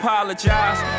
Apologize